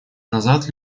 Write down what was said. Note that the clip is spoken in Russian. назад